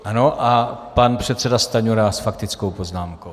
Ano, a pan předseda Stanjura s faktickou poznámkou.